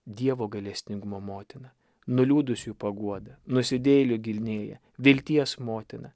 dievo gailestingumo motina nuliūdusiųjų paguoda nusidėjėlių gynėja vilties motina